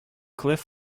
cliff